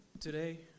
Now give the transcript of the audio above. Today